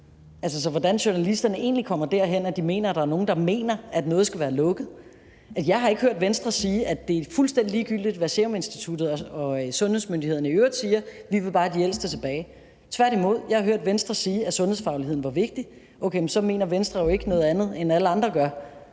Så hvordan kommer journalisterne egentlig derhen, at de mener, at der er nogle, der mener, at noget skal være lukket? Jeg har ikke hørt Venstre sige, at det er fuldstændig ligegyldigt, hvad Statens Seruminstitut og sundhedsmyndighederne i øvrigt siger, og at de bare vil have de ældste tilbage – tværtimod. Jeg har hørt Venstre sige, at sundhedsfagligheden var vigtig. Okay, så mener Venstre jo ikke noget andet, end alle andre gør.